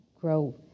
grow